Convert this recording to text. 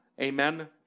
amen